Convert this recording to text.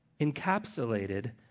encapsulated